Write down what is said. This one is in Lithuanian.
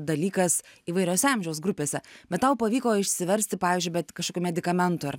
dalykas įvairiose amžiaus grupėse bet tau pavyko išsiversti pavyzdžiui bet kažkokių medikamentų ar